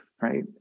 right